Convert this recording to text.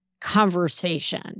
conversation